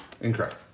Incorrect